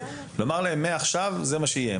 ולומר להם מעכשיו זה מה שיהיה?